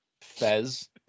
Fez